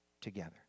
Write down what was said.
together